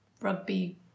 rugby